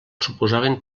suposaven